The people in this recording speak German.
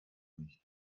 nicht